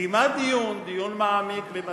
קיימה דיון, דיון מעמיק, ממצה,